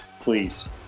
please